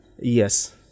Yes